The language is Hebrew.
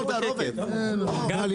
גל,